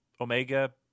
Omega